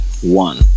One